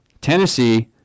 Tennessee